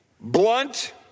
blunt